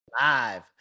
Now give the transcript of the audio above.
Live